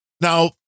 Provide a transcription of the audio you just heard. Now